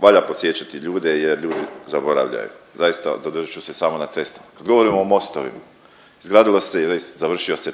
valja podsjećati ljude, jer ljudi zaboravljaju. Zaista zadržat ću se samo na cestama. Kad govorimo o mostovima izgradilo se i završio se